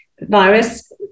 virus